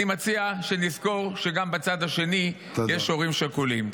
אני מציע שנזכור שגם בצד השני יש הורים שכולים.